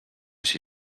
się